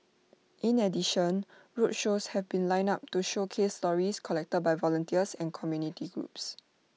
in addition roadshows have been lined up to showcase stories collected by volunteers and community groups